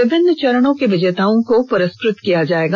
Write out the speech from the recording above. विभिन्न चरण के विजेताओं को पुरस्कृत किया जाएगा